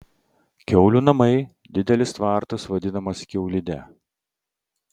kiaulių namai didelis tvartas vadinamas kiaulide